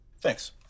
Thanks